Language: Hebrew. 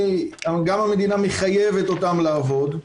המדינה גם מחייבת אותם לעבוד,